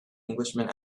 englishman